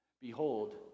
Behold